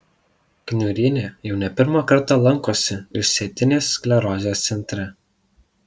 kniurienė jau ne pirmą kartą lankosi išsėtinės sklerozės centre